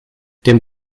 dem